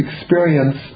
experience